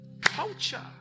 culture